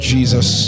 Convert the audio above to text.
Jesus